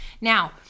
Now